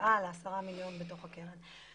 שבעה לעשרה מיליון בתוך הקרן.